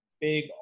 big